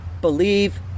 believe